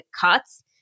cuts